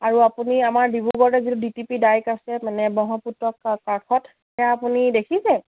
আৰু আপুনি আমাৰ ডিব্ৰুগড়তে যিটো ডি টি পি ডাইট আছে মানে ব্ৰহ্মপুত্ৰ কাষত সেয়া আপুনি দেখিছে